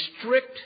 strict